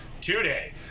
today